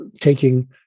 taking